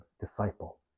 disciple